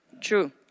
True